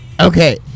okay